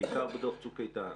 בעיקר בדוח צוק איתן: